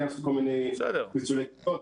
לעשות כל מיני פיצולי כיתות,